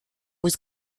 was